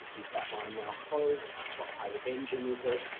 is that line now closed? what type of engine is it?